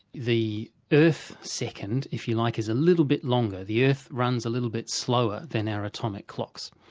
the earth second if you like is a little bit longer. the earth runs a little bit slower than our atomic clocks.